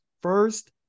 first